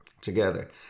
together